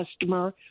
customer